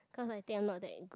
cause I think I'm not that good